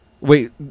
Wait